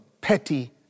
petty